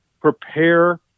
Prepare